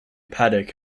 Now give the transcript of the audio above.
paddock